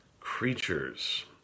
creatures